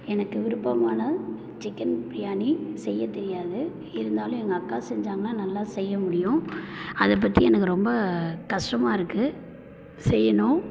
எனக்கு விருப்பமான சிக்கன் பிரியாணி செய்ய தெரியாது இருந்தாலும் எங்கள் அக்கா செஞ்சாங்கன்னால் நல்லா செய்ய முடியும் அதை பற்றி எனக்கு ரொம்ப கஷ்டமா இருக்குது செய்யணும்